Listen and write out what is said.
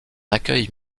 accueil